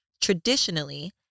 Traditionally